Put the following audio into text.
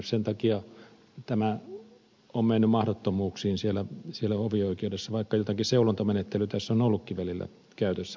sen takia tämä on mennyt mahdottomuuksiin hovioikeuksissa vaikka jotakin seulontamenettelyä tässä on ollutkin välillä käytössä